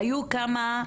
והיו כמה,